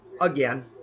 again